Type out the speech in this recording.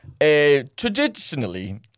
traditionally